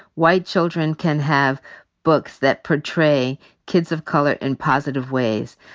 white children can have books that portray kids of color in positive ways.